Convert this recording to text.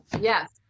Yes